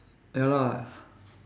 ya lah